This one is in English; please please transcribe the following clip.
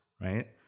right